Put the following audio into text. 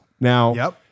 Now